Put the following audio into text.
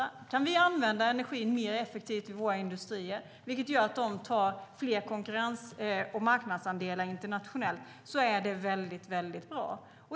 Det är väldigt bra om vi kan använda energin mer effektivt i våra industrier, vilket gör att de tar fler konkurrens och marknadsandelar internationellt.